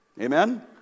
Amen